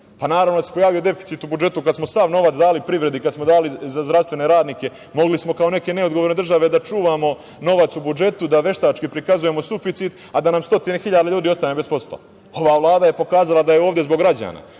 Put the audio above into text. pa naravno da se pojavio deficit u budžetu kad smo sav novac dali privredi, kad smo dali za zdravstvene radnike. Mogli smo kao neke neodgovorne države da čuvamo novac u budžetu, da veštački prikazujemo suficit, a da nam stotine hiljada ljudi ostane bez posla. Ova Vlada je pokazala da je ovde zbog građana.